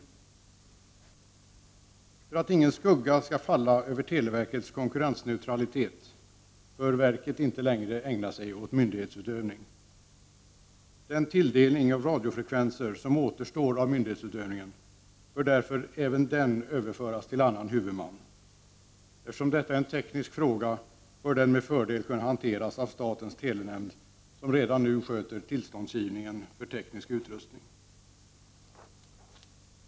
För att ingen skugga skall falla över televerkets konkurrensneutralitet bör verket inte längre ägna sig åt myndighetsutövning. Den tilldelning av radiofrekvenser som återstår av myndighetsutövningen bör därför även den överföras till annan huvudman. Eftersom detta är en teknisk fråga bör den med fördel kunna hanteras av statens telenämnd som redan nu sköter tillståndsgivningen vad gäller teknisk utrustning.